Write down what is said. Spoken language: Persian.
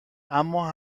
اما